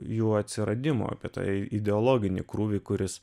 jų atsiradimo apie tai ideologinį krūvį kuris